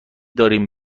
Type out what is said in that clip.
داریم